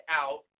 out